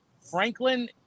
Franklin